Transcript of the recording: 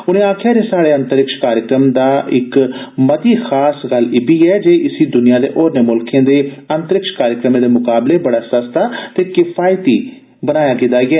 उने आक्खेया जे स्हाड़े अंतरिक्ष कार्यक्रम दी इक मती खास गल्ल इब्बी ऐ जे इसी द्र्निया दे होरने मुल्खे दे अंतरिक्ष कार्यक्रम दे मुकाबले बड़ा सस्ता ते कफायती ऐ